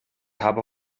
habe